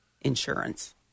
insurance